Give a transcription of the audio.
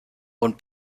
und